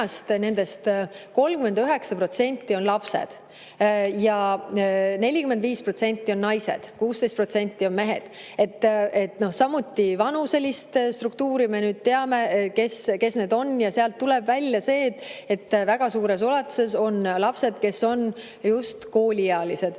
nendest 39% on lapsed ja 45% on naised, 16% on mehed. Samuti vanuselist struktuuri me nüüd teame, kes need on. Sealt tuleb välja see, et väga suures ulatuses on lapsed, kes on just kooliealised.